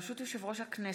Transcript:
ברשות יושב-ראש הכנסת,